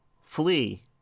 flee